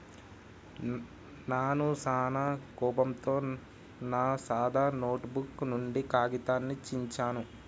నాను సానా కోపంతో నా సాదా నోటుబుక్ నుండి కాగితాన్ని చించాను